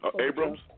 Abrams